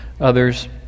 others